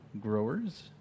growers